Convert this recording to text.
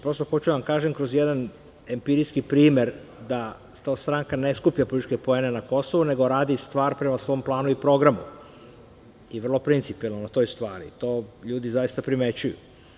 Prosto, hoću da vam kažem kroz jedan empirijski primer da stranka ne skuplja političke poene na Kosovu nego radi stvar prema svom planu i programu i vrlo principijelno na toj stvari, to ljudi zaista primećuju.